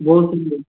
बहु सम्यक्